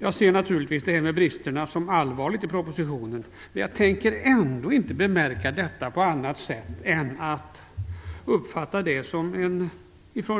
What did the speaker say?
Jag ser allvarliga brister i propositionen, men jag uppfattar dem ändå inte på annat sätt än som